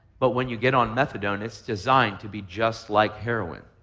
but when you get on methadone, it's designed to be just like heroin.